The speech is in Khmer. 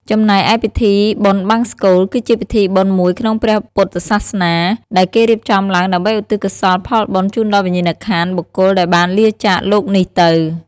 ចំណែកឯពិធីបុណ្យបង្សុកូល គឺជាពិធីបុណ្យមួយក្នុងព្រះពុទ្ធសាសនា ដែលគេរៀបចំឡើងដើម្បីឧទ្ទិសកុសលផលបុណ្យជូនដល់វិញ្ញាណក្ខន្ធបុគ្គលដែលបានលាចាកលោកនេះទៅ។